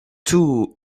two